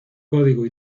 código